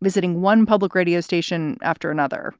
visiting one public radio station after another